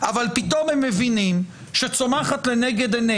תפקידו של ראש הממשלה לבין חובתו להוביל אג'נדה.